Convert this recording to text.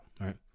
right